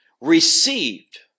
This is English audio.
received